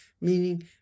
Meaning